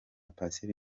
patient